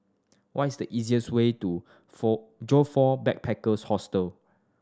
what is the easiest way to four Joyfor Backpackers' Hostel